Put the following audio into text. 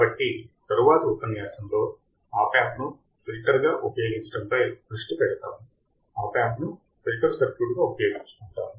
కాబట్టి తరువాతి ఉపన్యాసంలో ఆప్ యాంప్ ను ఫిల్టర్గా ఉపయోగించడంపై దృష్టి పెడతాము ఆప్ యాంప్ ను ఫిల్టర్ సర్క్యూట్గా ఉపయోగించుకుంటాము